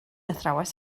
athrawes